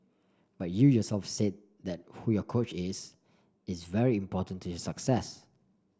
but you yourself said that who your coach is is very important to your success